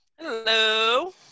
Hello